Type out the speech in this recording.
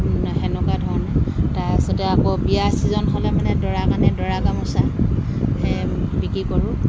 সেনেকুৱা ধৰণৰ তাৰপিছতে আকৌ বিয়া চিজন হ'লে মানে দৰা কাৰণে দৰা গামোচা সেই বিক্ৰী কৰোঁ